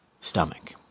stomach